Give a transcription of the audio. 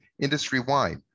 industry-wide